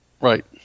Right